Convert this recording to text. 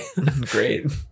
great